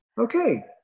Okay